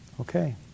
Okay